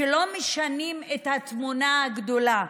שלא משנים את התמונה הגדולה,